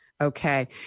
Okay